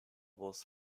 was